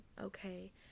okay